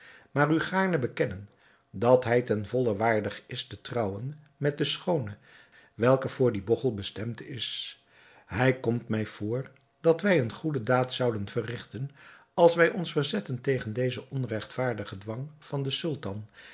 maar u gaarne bekennen dat hij ten volle waardig is te trouwen met de schoone welke voor dien bogchel bestemd is het komt mij voor dat wij eene goede daad zouden verrigten als wij ons verzetten tegen dezen onregtvaardigen dwang van den sultan